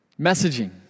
messaging